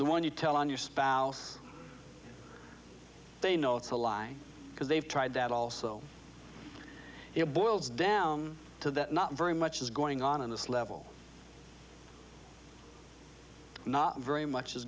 the one you tell on your spouse they know it's a lie because they've tried that also it boils down to that not very much is going on in this level not very much is